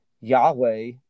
Yahweh